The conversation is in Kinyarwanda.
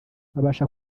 babasha